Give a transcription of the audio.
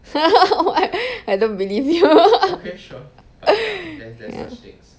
I don't believe ya